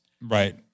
Right